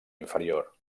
inferior